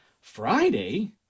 Friday